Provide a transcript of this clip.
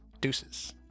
deuces